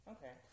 Okay